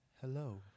Hello